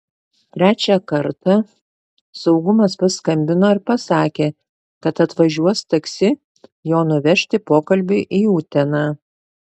trečią kartą saugumas paskambino ir pasakė kad atvažiuos taksi jo nuvežti pokalbiui į uteną